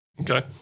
Okay